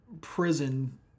prison